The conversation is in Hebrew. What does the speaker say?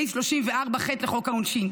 סעיף 34(ח) לחוק העונשין?